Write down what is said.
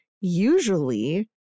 usually